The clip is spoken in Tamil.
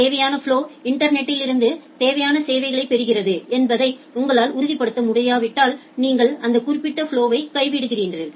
தேவையான ஃபலொ இன்டர்நெட்டிலிருந்து தேவையான சேவைகளைப் பெறுகிறது என்பதை உங்களால் உறுதிப்படுத்த முடியாவிட்டால் நீங்கள் அந்த குறிப்பிட்ட ஃபலொவை கைவிடுகிறீர்கள்